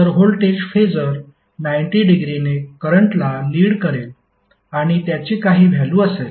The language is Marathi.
तर व्होल्टेज फेसर 90 डिग्रीने करंटला लीड करेल आणि त्याची काही व्हॅल्यु असेल